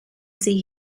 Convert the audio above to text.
see